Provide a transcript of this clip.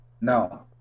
No